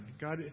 God